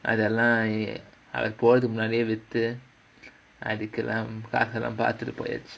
அதெல்லாம் போறதுக்கு முன்னாடியே வித்து அதுக்குலாம் காசெல்லாம் பாத்துட்டு போயாச்சு:athellaam porathukku munnaadiyae vithu athukkulaam kaasellaam paathuttu poyaachu